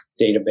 database